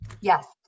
Yes